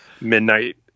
Midnight